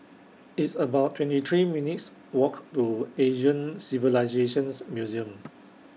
It's about twenty three minutes' Walk to Asian Civilisations Museum